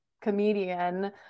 comedian